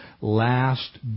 last